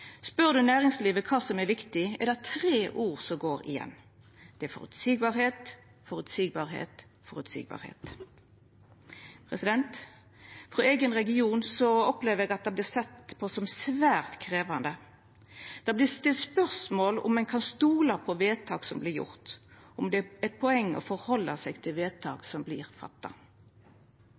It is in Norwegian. Spør ein næringslivet kva som er viktig, er det tre ord som går igjen. Det er føreseieleg, føreseieleg, føreseieleg. Frå eigen region opplever eg at dette vert sett på som svært krevjande. Det vert stilt spørsmål om ein kan stola på vedtak som vert gjorde, og om det er eit poeng å retta seg etter vedtak som